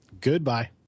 Goodbye